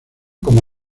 como